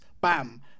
bam